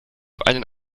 einen